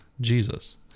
Jesus